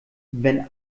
wenn